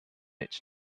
its